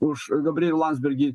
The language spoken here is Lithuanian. už gabrielių landsbergį